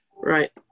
Right